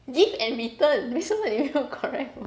give and return 为什么你没有 correct 我